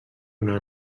una